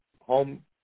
home